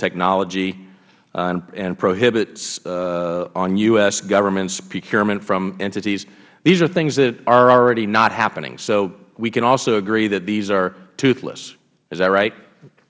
technology and prohibits on u s government's procurement from entities these are things that are already not happening so we can also agree that these are toothless is that right